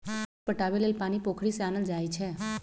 खेत पटाबे लेल पानी पोखरि से आनल जाई छै